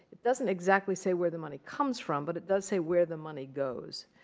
it doesn't exactly say where the money comes from. but it does say where the money goes.